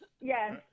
Yes